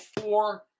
four